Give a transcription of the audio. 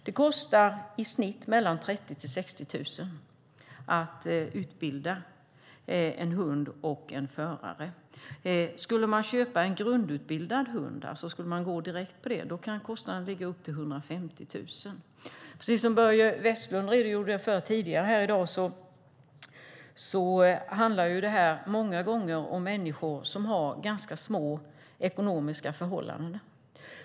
Det kostar i snitt mellan 30 000 och 60 000 att utbilda en hund och en förare. Skulle man köpa en grundutbildad hund, skulle man alltså gå direkt på det, kan kostnaden ligga på upp till 150 000. Precis som Börje Vestlund redogjorde för tidigare handlar det många gånger om människor som har ganska knappa ekonomiska förhållanden.